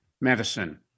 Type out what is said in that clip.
medicine